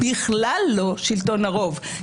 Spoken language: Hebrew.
בכלל לא שלטון הרוב.